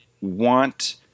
want